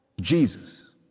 Jesus